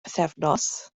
pythefnos